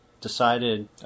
decided